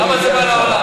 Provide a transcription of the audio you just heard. למה זה בא לעולם?